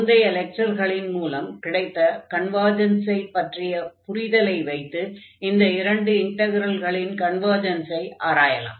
முந்தைய லெக்சர்களின் மூலம் கிடைத்த கன்வர்ஜன்ஸை பற்றிய புரிதலை வைத்து இந்த இரண்டு இன்டக்ரல்களின் கன்வர்ஜன்ஸை ஆராயலாம்